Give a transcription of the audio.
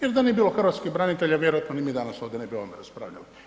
Jer da nije bilo hrvatskih branitelja vjerojatno ni mi danas ovdje ne bi o ovome raspravljali.